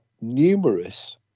numerous